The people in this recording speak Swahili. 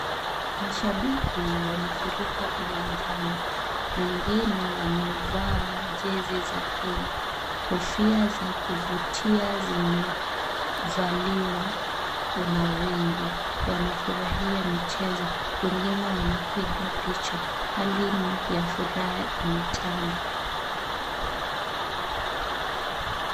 Mashabiki wamefurika uwanjani. Wengine wamevaa jezi za Kenya. Kofia za kuvutia zimevaliwa na wengi. Wanafurahia michezo. Wengine wanapiga picha. Hali ya furaha imetanda.